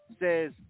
says